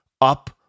up